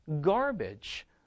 garbage